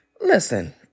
listen